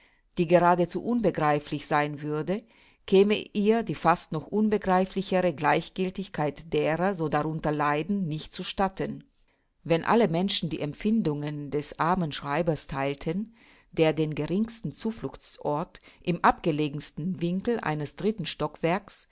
die geradezu unbegreiflich sein würde käme ihr die fast noch unbegreiflichere gleichgiltigkeit derer so darunter leiden nicht zu statten wenn alle menschen die empfindungen des armen schreibers theilten der den geringsten zufluchtsort im abgelegensten winkel eines dritten stockwerks